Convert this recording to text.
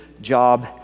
job